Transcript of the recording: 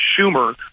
Schumer